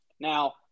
Now